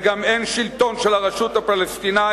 וגם אין שלטון של הרשות הפלסטינית.